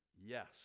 Yes